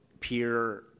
peer